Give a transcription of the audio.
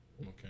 Okay